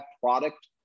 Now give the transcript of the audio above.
product